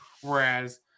Whereas